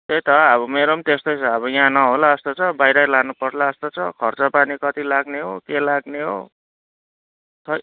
त्यही त अब मेरो पनि त्यस्तै छ अब यहाँ नहोला जस्तो छ बाहिरै लानुपर्ला जस्तो छ खर्चपानी कति लाग्ने हो के लाग्ने हो खै